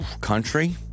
Country